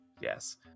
Yes